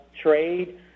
trade